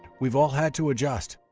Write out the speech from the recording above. we've all had to adjust.